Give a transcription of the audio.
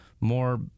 more